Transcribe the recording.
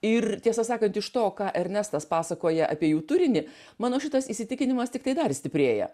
ir tiesą sakant iš to ką ernestas pasakoja apie jų turinį mano šitas įsitikinimas tiktai dar stiprėja